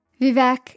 Vivek